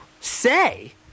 say